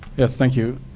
yes, thank you.